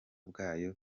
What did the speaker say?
bwayo